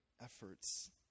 efforts